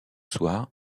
soir